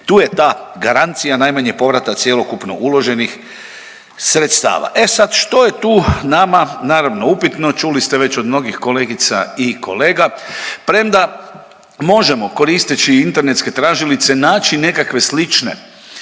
Tu je ta garancija najmanje povrata cjelokupno uloženih sredstava. E sad, što je tu nama, naravno, upitno? Čuli ste već od mnogih kolegica i kolega, premda možemo koristeći internetske tražilice naći nekakve slične